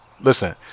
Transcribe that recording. Listen